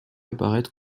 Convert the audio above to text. apparaître